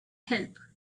help